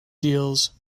deals